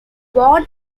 born